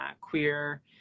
queer